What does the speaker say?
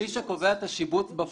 מי שקובע את השיבוץ בפועל,